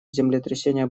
землетрясения